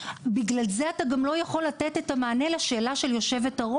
בגלל זה אתה גם לא יכול לתת את המענה לשאלה של יושבת-הראש,